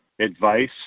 advice